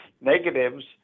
negatives